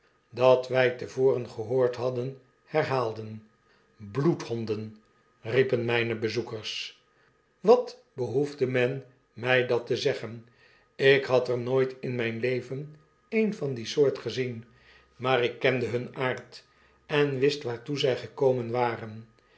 dat wij te voren gehoord hadden herhaalden bloedhonden riepen mgne bezoekers wat behoefde men mg dat te zeggen ik had er nooit in mgn leven een van die soort gezien maar ik kende hun aard enwistwaartoe zg gekomen waren